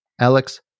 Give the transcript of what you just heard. Alex